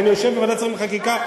ואני יושב בוועדת שרים לחקיקה.